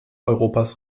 europas